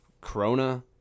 Corona